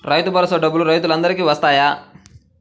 రైతు భరోసా డబ్బులు రైతులు అందరికి వస్తాయా?